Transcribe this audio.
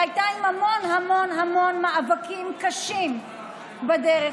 שהייתה עם המון המון המון מאבקים קשים בדרך,